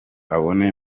abone